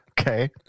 Okay